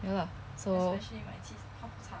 ya lah so